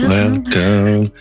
Welcome